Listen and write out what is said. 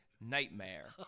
Nightmare